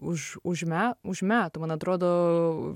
už už me už metų man atrodo